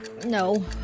No